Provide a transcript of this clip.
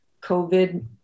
COVID